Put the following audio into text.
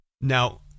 now